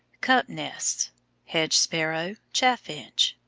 cup-nests hedge-sparrow, chaffinch.